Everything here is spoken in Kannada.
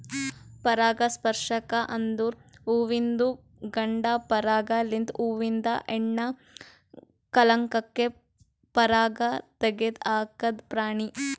ಪರಾಗಸ್ಪರ್ಶಕ ಅಂದುರ್ ಹುವಿಂದು ಗಂಡ ಪರಾಗ ಲಿಂತ್ ಹೂವಿಂದ ಹೆಣ್ಣ ಕಲಂಕಕ್ಕೆ ಪರಾಗ ತೆಗದ್ ಹಾಕದ್ ಪ್ರಾಣಿ